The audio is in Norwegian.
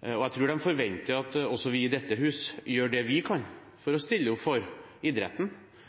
Jeg tror de forventer at også vi i dette huset gjør det vi kan for å stille opp for idretten,